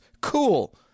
Cool